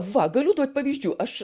va galiu duot pavyzdžių aš